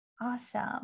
Awesome